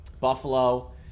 Buffalo